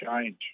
change